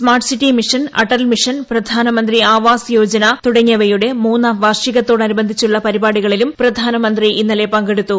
smart cities mission Atal mission Pradhan Mantri Awas Yojana തുടങ്ങിയ പദ്ധതികളുടെ മൂന്നാം വാർഷികത്തോടനുബന്ധിച്ചുള്ള പരിപാടികളിലും പ്രധാനമന്ത്രി പങ്കെടുത്തു